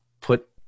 put